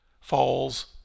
falls